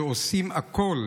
שעושים הכול,